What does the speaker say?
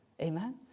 amen